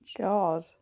God